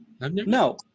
No